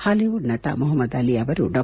Hollywood ನಟ Muhammad Ali ಅವರು ಡಾ